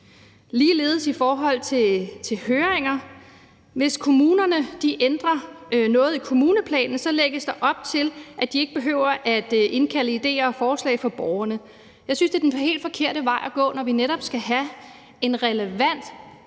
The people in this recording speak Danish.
er det i forhold til høringer. Hvis kommunerne ændrer noget i kommuneplanen, lægges der op til, at de ikke behøver at indkalde idéer og forslag fra borgerne. Jeg synes, det er den helt forkerte vej at gå, når vi netop skal have en relevant